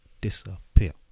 disappear